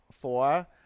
Four